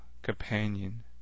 companion